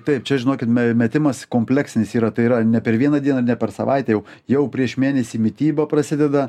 taip čia žinokit mes metimas kompleksinis yra tai yra ne per vieną dieną ne per savaitę jau jau prieš mėnesį mityba prasideda